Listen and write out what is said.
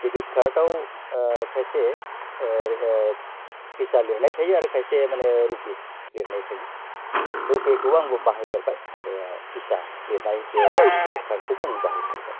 debit कार्डाव खायसे Visa लिरनाय थायो आरो खायसे माने रुपि लिरनाय थायो रुपेखौ आंबो बाहायफेरबाय आरो भिसा लिरनाय बे डेबिट कार्डखौबे आं बाहायफेरबाय